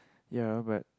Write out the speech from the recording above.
ya but